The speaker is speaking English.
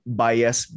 bias